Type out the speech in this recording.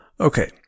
Okay